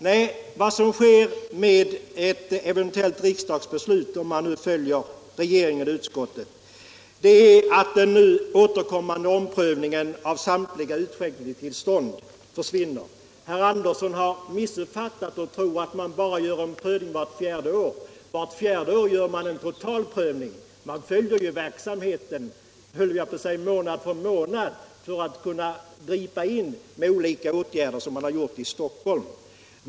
Nej, vad som sker med ett beslut — om riksdagen följer regeringen och utskottet — det är att den nu återkommande omprövningen av samtliga utskänkningstillstånd försvinner. Herr Andersson har missuppfattat och tror att det bara görs en omprövning vart fjärde år. Det är då det görs en total prövning. Men man följer ju verksamheten månad för månad, höll jag på att säga, för att kunna gripa in med olika åtgärder, som man har gjort i Stockholm.